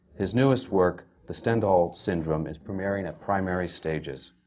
his newest work, the stendahl syndrome, is premiering at primary stages.